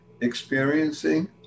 experiencing